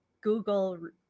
Google